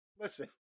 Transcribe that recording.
listen